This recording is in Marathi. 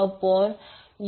6j1